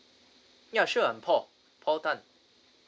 ya sure I'm paul paul tan